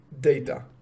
data